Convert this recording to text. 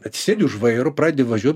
atsisėdi už vairo pradedi važiuot